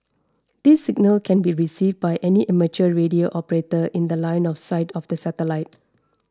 this signal can be received by any amateur radio operator in The Line of sight of the satellite